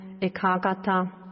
Ekagata